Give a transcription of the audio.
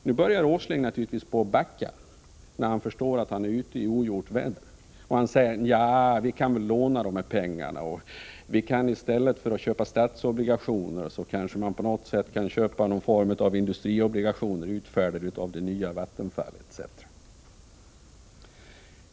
Nu börjar Åsling backa när han förstår att han är ute i ogjort väder och säger: Vi kan väl låna de här pengarna, och i stället för att köpa statsobligationer kanske man på något sätt kan köpa någon form av industriobligationer utfärdade av det nya Vattenfall, etc.